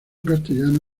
castellano